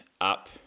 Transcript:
up